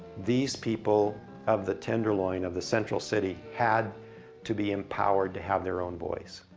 these people of the tenderloin, of the central city, had to be empowered to have their own voice,